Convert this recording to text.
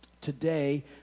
today